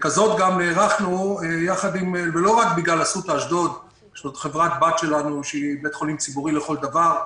בגלל אסותא אשדוד שהיא חברת בת שלנו שהיא בית חולים ציבורי לכל דבר,